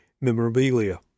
memorabilia